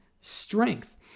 strength